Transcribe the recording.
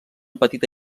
petita